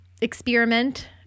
experiment